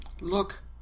Look